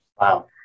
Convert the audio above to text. Wow